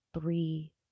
three